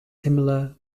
similar